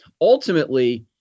Ultimately